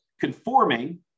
conforming